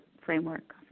framework